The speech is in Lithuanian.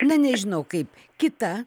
na nežinau kaip kita